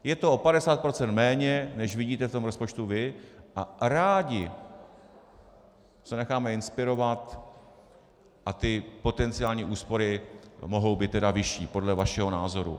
Je to o 50 % méně, než vidíte v tom rozpočtu vy, a rádi se necháme inspirovat a ty potenciální úspory mohou být tedy vyšší, podle vašeho názoru.